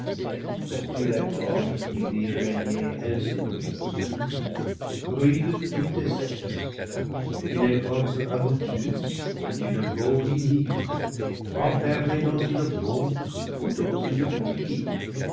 bords qui virent régner alcinoüs fruits de toute espèce d'une écorce raboteuse ou d'une peau unie renfermés dans une bogue ou dans une coquille